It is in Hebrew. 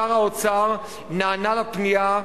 שר האוצר נענה לפנייה,